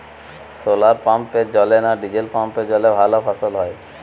শোলার পাম্পের জলে না ডিজেল পাম্পের জলে ভালো ফসল হয়?